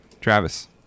Travis